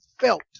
felt